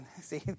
see